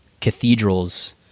cathedrals